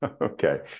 Okay